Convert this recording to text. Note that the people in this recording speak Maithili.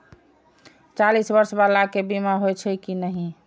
चालीस बर्ष बाला के बीमा होई छै कि नहिं?